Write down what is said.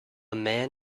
man